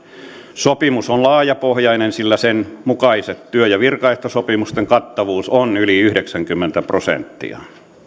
sopimus on laajapohjainen sillä sen mukaisten työ ja virkaehtosopimusten kattavuus on yli yhdeksänkymmentä prosenttia